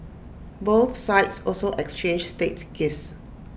both sides also exchanged state gifts